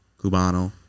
cubano